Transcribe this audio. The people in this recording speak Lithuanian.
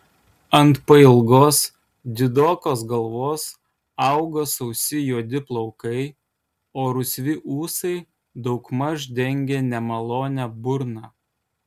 ant pailgos didokos galvos augo sausi juodi plaukai o rusvi ūsai daugmaž dengė nemalonią burną